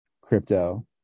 crypto